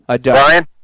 Brian